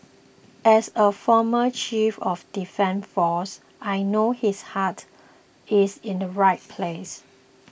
as a former chief of defence force I know his heart is in the right place